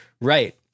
Right